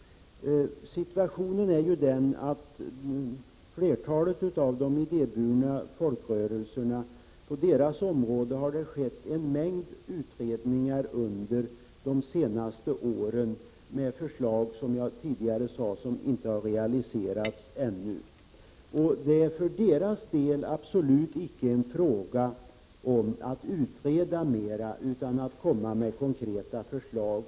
Situationen är den, att det på de idéburna folkrörelsernas område har skett ett flertal utredningar under de senaste åren som resulterat i förslag som inte ännu har realiserats, vilket jag tidigare sade. Det är för deras del absolut inte fråga om att utreda mer, utan att komma med konkreta förslag.